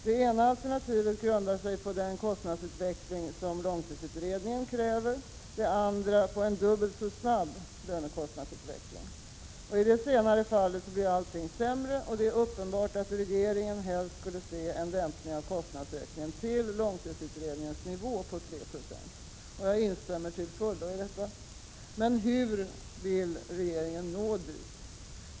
Det ena grundar sig på den kostnadsutveckling som långtidsutredningen kräver, och det andra grundar sig på en dubbelt så snabb lönekostnadsutveckling. I det senare fallet blir allting sämre, och det är uppenbart att regeringen helst skulle se en dämpning av kostnadsökningen till långtidsutredningens nivå på 3 Jo. Jag instämmer till fullo i detta. Men hur vill regeringen nå dit?